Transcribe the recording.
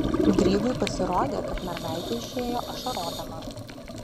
grygui pasirodė kad mergaitė išėjo ašarodama